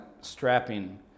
strapping